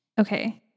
Okay